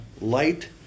light